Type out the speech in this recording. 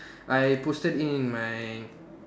I posted in my